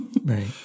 Right